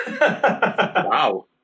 Wow